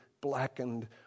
blackened